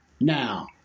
Now